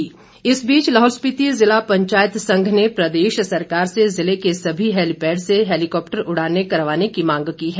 मांग इस बीच लाहौल स्पिति ज़िला पंचायत संघ ने प्रदेश सरकार से ज़िले के सभी हैलीपैड से हैलीकॉप्टर उड़ानें करवाने की मांग की है